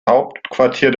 hauptquartier